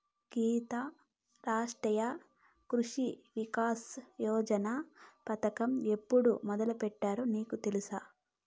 గీతా, రాష్ట్రీయ కృషి వికాస్ యోజన పథకం ఎప్పుడు మొదలుపెట్టారో నీకు తెలుసా